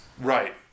Right